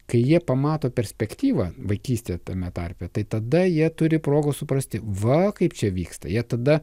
kai jie pamato perspektyvą vaikystėj tame tarpe tai tada jie turi progos suprasti va kaip čia vyksta jie tada